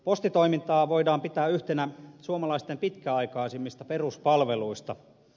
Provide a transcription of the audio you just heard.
postitoimintaa voidaan pitää yhtenä suomalaisten pitkäaikaisimmista peruspalveluista